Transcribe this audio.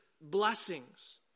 blessings